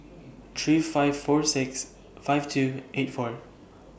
three five four six five two eight four